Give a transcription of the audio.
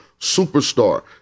superstar